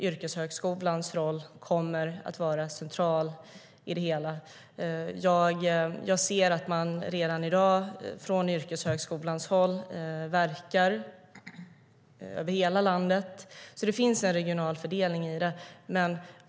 Yrkeshögskolans roll kommer att vara central i det hela. Jag ser att man redan i dag från yrkeshögskolans håll verkar över hela landet, så det finns en regional fördelning.